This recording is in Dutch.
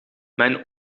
mijn